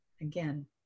again